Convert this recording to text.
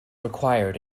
required